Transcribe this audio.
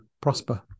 prosper